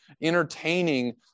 entertaining